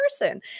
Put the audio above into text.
person